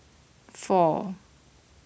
four